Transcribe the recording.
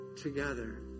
together